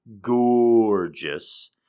gorgeous